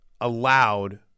allowed